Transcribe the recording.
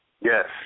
Yes